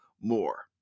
more